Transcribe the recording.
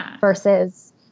versus